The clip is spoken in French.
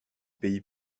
pays